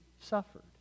suffered